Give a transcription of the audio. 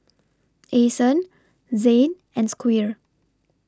Ason Zane and Squire